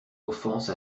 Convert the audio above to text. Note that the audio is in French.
offense